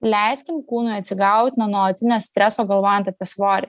leiskim kūnui atsigaut nuo nuolatinio streso galvojant apie svorį